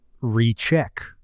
recheck